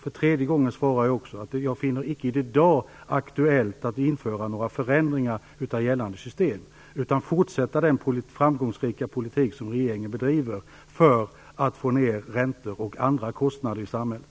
För tredje gången säger jag: Jag finner det icke i dag aktuellt att införa några förändringar av gällande system, utan vi skall fortsätta den framgångsrika politik som regeringen bedriver för att få ner räntor och andra kostnader i samhället.